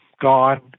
gone